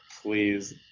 Please